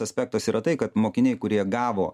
aspektas yra tai kad mokiniai kurie gavo